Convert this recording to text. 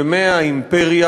ימי האימפריה